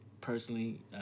personally